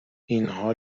اینها